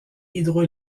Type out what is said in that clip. hydro